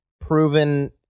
proven